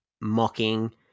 mocking